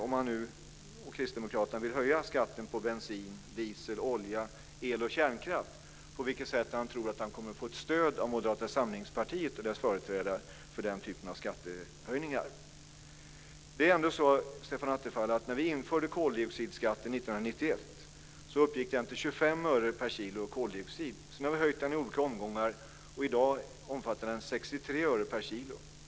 Om Kristdemokraterna nu vill höja skatten på bensin, diesel, olja, el och kärnkraft - på vilket sätt tror Stefan Attefall att man kommer att få ett stöd av Moderata samlingspartiet och dess företrädare för den typen av skattehöjningar? När vi införde koldioxidskatten 1991 uppgick den till 25 öre per kilo koldioxid. Sedan har vi höjt den i olika omgångar, och i dag omfattar den 63 öre per kilo.